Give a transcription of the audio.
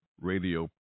radio